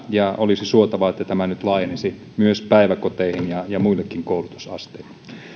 ja olisi suotavaa että tämä nyt laajenisi myös päiväkoteihin ja ja muillekin koulutusasteille